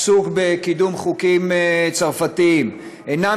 עסוק בקידום חוקים צרפתיים אינה